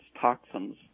toxins